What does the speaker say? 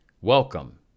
Welcome